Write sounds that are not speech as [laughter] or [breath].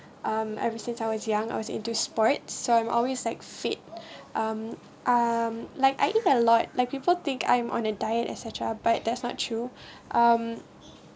um ever since I was young I was into sports so I'm always like fit [breath] um like I eat a lot like people think I'm on a diet etcetera but that's not true [breath] um